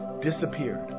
disappeared